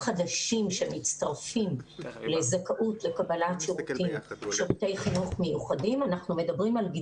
חדשים שמצטרפים לזכאות לקבלת שירותי חינוך מיוחדים.